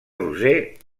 roser